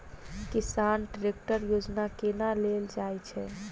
किसान ट्रैकटर योजना केना लेल जाय छै?